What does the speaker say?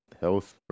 health